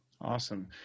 Awesome